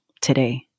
today